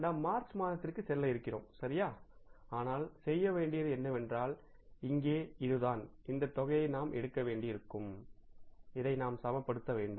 ஆனால் நாம் செய்ய வேண்டியது என்னவென்றால் இங்கே இதுதான் இந்த தொகையை நாம் எடுக்க வேண்டியிருக்கும் இதை நாம் சமப்படுத்த வேண்டும்